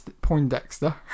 Poindexter